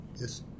Yes